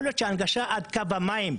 יכול להיות שההנגשה עד קו המים,